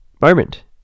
moment